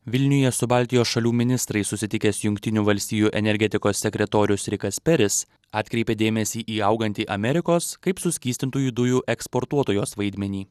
vilniuje su baltijos šalių ministrais susitikęs jungtinių valstijų energetikos sekretorius rikas peris atkreipė dėmesį į augantį amerikos kaip suskystintųjų dujų eksportuotojos vaidmenį